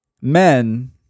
men